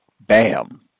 bam